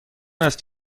است